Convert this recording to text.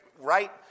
right